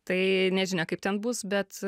tai nežinia kaip ten bus bet